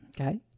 Okay